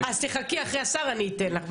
אז תחכי, אחרי השר אני אתן לך.